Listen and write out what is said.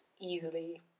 easily